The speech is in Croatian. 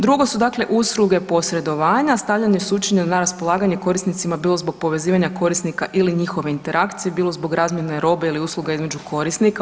Drugo su dakle usluge posredovanja, stavljanje … [[Govornik se ne razumije]] na raspolaganje korisnicima bilo zbog povezivanja korisnika ili njihove interakcije, bilo zbog razmjene robe ili usluga između korisnika.